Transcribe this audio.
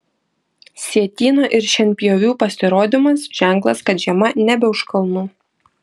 sietyno ir šienpjovių pasirodymas ženklas kad žiema nebe už kalnų